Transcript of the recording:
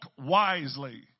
wisely